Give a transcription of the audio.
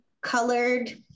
colored